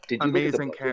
amazing